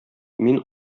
мин